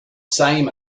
same